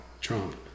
Trump